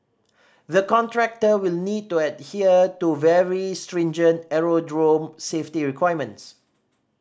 the contractor will need to adhere to very stringent aerodrome safety requirements